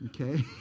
Okay